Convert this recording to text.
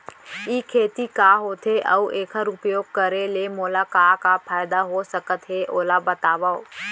ई खेती का होथे, अऊ एखर उपयोग करे ले मोला का का फायदा हो सकत हे ओला बतावव?